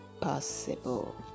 possible